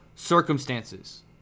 circumstances